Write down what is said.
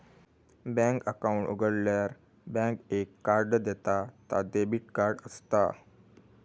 bank account उघाडल्यार bank एक card देता ता डेबिट कार्ड असता